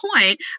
point